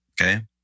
okay